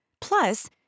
Plus